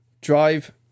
drive